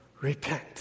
repent